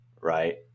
right